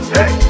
Hey